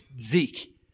Zeke